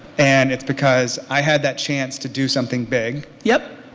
and it's because i had that chance to do something big. yep.